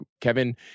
Kevin